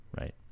right